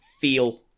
feel